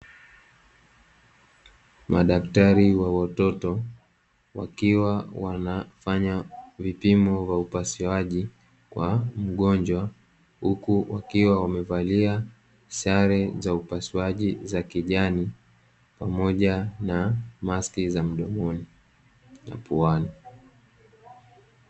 Madaktari wa watoto wakiwa wanafanya vipimo vya upasuaji kwa mgonjwa, huku wakiwa wamevalia sare za upasuaji za kijani pamoja na maski za mdomoni na puani.